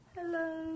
Hello